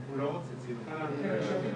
למלחמה בסרטן, מנהלת מחלקת הסברה,